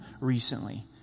recently